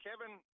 Kevin